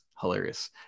hilarious